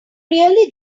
really